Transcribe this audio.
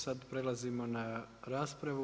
Sad prelazimo na raspravu.